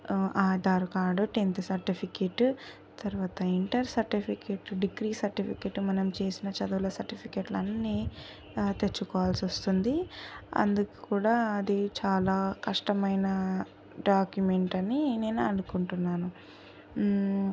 Aadhaar card tenth certificate తర్వాత inter certificate degree certificate మనం చేసిన చదవుల సర్టిఫికెట్లున్నీ తెచ్చుకోవాల్సి వస్తుంది అందుకు కూడా అది చాలా కష్టమైన డాక్యుమెంట్ అని నేను అనుకుంటున్నాను